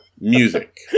Music